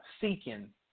seeking